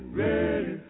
ready